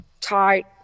tight